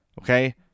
Okay